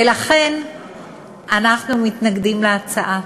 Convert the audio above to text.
ולכן אנחנו מתנגדים להצעה.